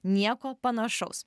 nieko panašaus